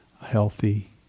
healthy